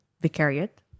vicariate